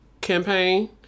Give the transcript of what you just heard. campaign